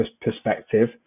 perspective